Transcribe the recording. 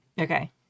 Okay